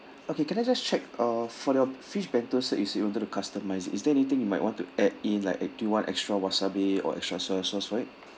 okay can I just check uh for your fish bento set you said you wanted to customise it is there anything you might want to add in like e~ do you want extra wasabi or extra soy sauce for it